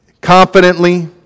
confidently